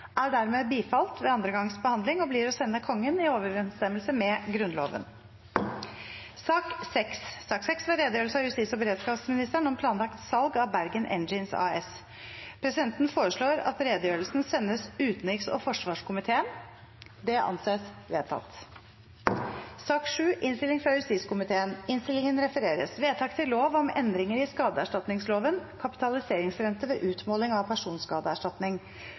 er dermed bifalt ved andre gangs behandling og blir å sende Kongen i overenstemmelse med Grunnloven. Sak nr. 6 var redegjørelse av justis- og beredskapsministeren om planlagt salg av Bergen Engines AS. Presidenten foreslår at redegjørelsen sendes utenriks- og forsvarskomiteen. – Det anses vedtatt. Det voteres over lovens overskrift og loven i sin helhet. Lovvedtaket vil bli ført opp til andre gangs behandling i